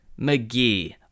McGee